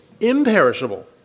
imperishable